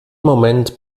moment